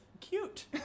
cute